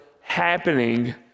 happening